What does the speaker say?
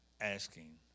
asking